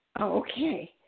okay